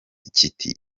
kiti